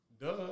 Duh